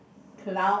cloud